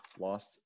lost –